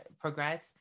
progress